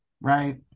right